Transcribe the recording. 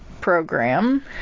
program